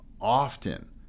often